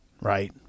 Right